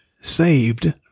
saved